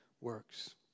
works